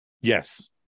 Yes